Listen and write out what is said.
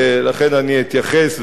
ולכן אני אתייחס.